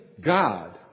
God